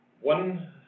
one